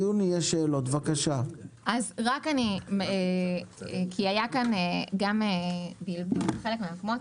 היה כאן בלבול בחלק מהמקומות.